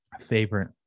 favorite